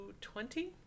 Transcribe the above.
twenty